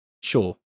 Sure